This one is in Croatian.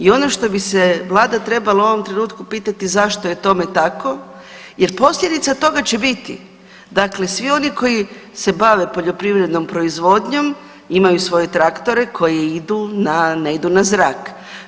I ono što bi se vlada trebala u ovom trenutku pitati zašto je tome tako jer posljedica toga će biti, dakle svi oni koji se bave poljoprivrednom proizvodnjom imaju svoje traktore koji idu na, ne idu na zrak.